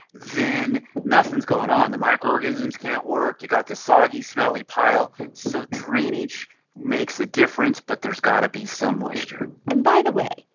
then nothing's going on. the microorganisms can't work. you got this soggy, smelly pile. so drainage makes a difference, but there's got to be some moisture and by the way,